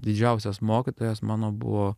didžiausias mokytojas mano buvo